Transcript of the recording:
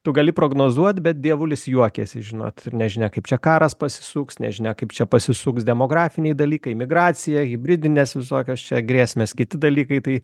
tu gali prognozuot bet dievulis juokiasi žinot ir nežinia kaip čia karas pasisuks nežinia kaip čia pasisuks demografiniai dalykai migracija hibridinės visokios čia grėsmės kiti dalykai tai